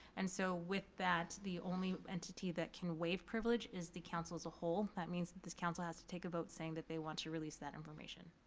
and so with that, the only entity that can waive privilege is the council as a whole. that means that this council has to take a vote saying that they want to release that information.